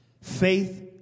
Faith